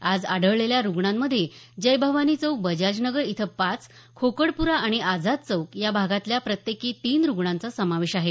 आज आढळलेल्या रुग्णांमध्ये जय भवानी चौक बजाज नगर इथं पाच खोकडप्रा आणि आझाद चौक या भागातल्या प्रत्येकी तीन रुग्णांचा समावेश आहे